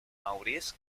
maurice